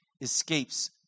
escapes